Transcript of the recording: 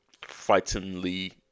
Frighteningly